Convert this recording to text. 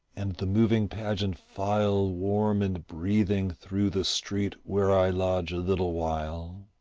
and the moving pageant file warm and breathing through the street where i lodge a little while,